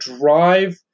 drive